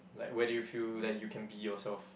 like where do you feel like you can be yourself